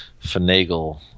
finagle